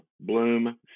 Bloom